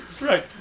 Right